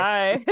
Bye